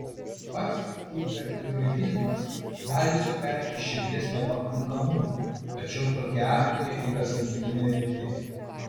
pats hipertiroidizmas gali sukelti širdies nepakankamumą tačiau tokie atvejai yra santykinai reti